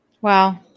Wow